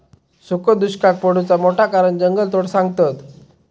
सुखो दुष्काक पडुचा मोठा कारण जंगलतोड सांगतत